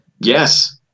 Yes